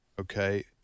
Okay